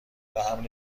امن